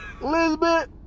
Elizabeth